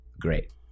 great